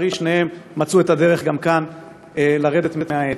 שניהם מצאו את הדרך גם כאן לרדת מהעץ.